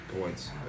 points